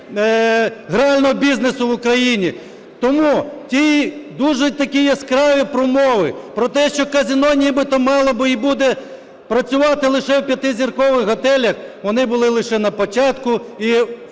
грального бізнесу в Україні. Тому ті дуже такі яскраві промови про те, що казино нібито мало і буде працювати лише в п'ятизіркових готелях вони були лише на початку і